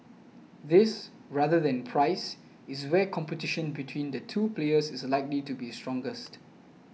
this rather than price is where competition between the two players is likely to be strongest